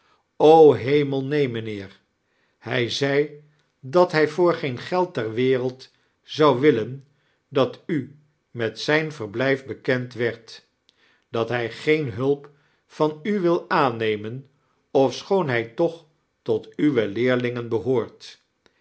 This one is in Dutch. hemel neen mijinheeir hij zei dat hij voor geen geld ter wereld zou willen dat u met zijn verblijf bekend werdt dat hij geen hulp van u wil aannemen ofschoon hij toch tot uiwe leerhngen behoort